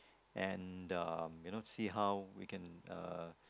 and um you know see how we can uh